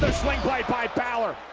slingblade by balor.